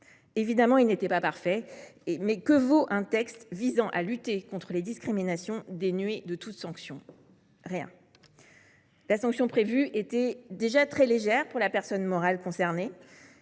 Évidemment, cet article n’était pas parfait, mais que vaut un texte visant à lutter contre les discriminations dénué de toute sanction ? Rien. La sanction prévue était déjà très légère pour la personne morale concernée.